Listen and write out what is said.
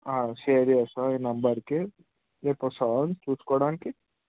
share చేస్తాను ఈ నెంబర్కి రేపు వస్తావా చూసుకోడానికి